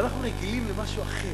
אבל אנחנו רגילים למשהו אחר,